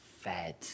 fed